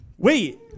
Wait